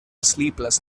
sleepless